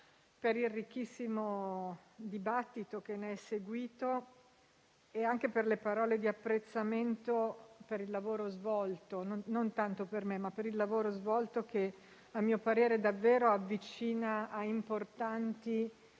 per il ricchissimo dibattito che ne è seguito e anche per le parole di apprezzamento, non tanto per me, quanto per il lavoro svolto, che a mio parere davvero avvicina a importanti